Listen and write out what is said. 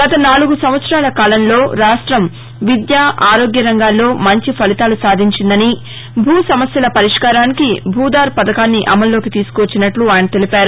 గత నాలుగు సంవత్సరాల కాలంలో రాష్టం విద్య ఆరోగ్య రంగాల్లో మంచి ఫలితాలు సాధించిందని భూ సమస్యల పరిష్కారానికి భూధార్ పథకాన్ని అమలులోకి తీసుకువచ్చినట్లు ఆయన తెలిపారు